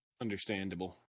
Understandable